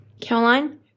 Caroline